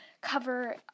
cover